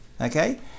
Okay